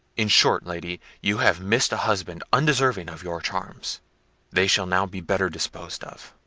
in short, lady, you have missed a husband undeserving of your charms they shall now be better disposed of.